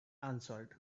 answered